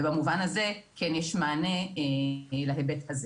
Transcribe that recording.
ובמובן הזה כן יש מענה להיבט הזה.